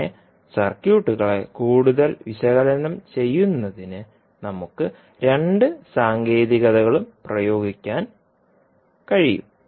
അങ്ങനെ സർക്യൂട്ടുകളെ കൂടുതൽ വിശകലനം ചെയ്യുന്നതിന് നമുക്ക് രണ്ട് സാങ്കേതികതകളും പ്രയോഗിക്കാൻ കഴിയും